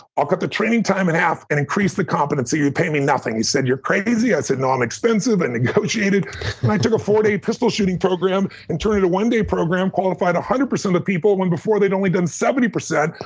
i'll cut the training time in half and increase the competency. you'll pay me nothing. he said, you're crazy. i said, no, i'm expensive, and negotiated, and i took a four-day pistol shooting program and turned it a one-day program, qualified one hundred percent of the people when, before, they've only done seventy percent.